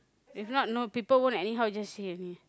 if not no people won't anyway say only